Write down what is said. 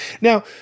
now